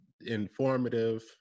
informative